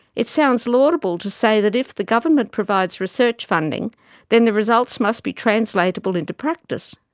it sounds laudable to say that if the government provides research funding then the results must be translatable into practice.